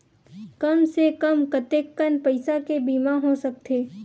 कम से कम कतेकन पईसा के बीमा हो सकथे?